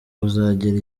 kuzagera